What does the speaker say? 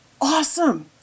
Awesome